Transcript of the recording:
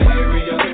area